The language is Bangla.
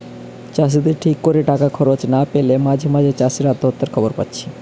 চাষিদের ঠিক কোরে টাকা খরচ না পেলে মাঝে মাঝে চাষি আত্মহত্যার খবর পাচ্ছি